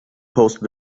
postal